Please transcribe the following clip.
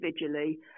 individually